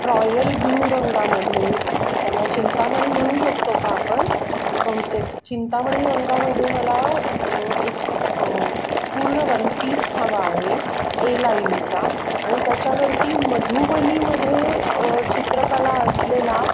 royal blue रंगामध्ये त्याला चिंतामणी म्हणू शकतो का आपण बहुतेक चिंतामणी रंगामध्ये मला एक पूर्ण वन पीस हवा आहे ए लाईनचा आणि त्याच्यावरती मधुबनीमध्ये चित्रकला असलेला